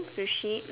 sushi